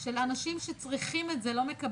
של אנשים שצריכים את זה לא מקבלים.